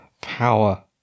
power